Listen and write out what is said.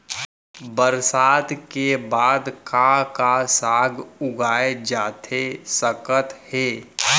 बरसात के बाद का का साग उगाए जाथे सकत हे?